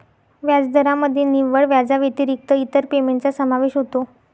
व्याजदरामध्ये निव्वळ व्याजाव्यतिरिक्त इतर पेमेंटचा समावेश होतो